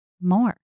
more